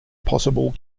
possible